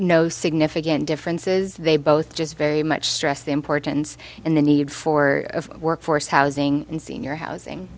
no significant differences they both just very much stress the importance and the need for a workforce housing and senior housing